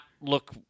look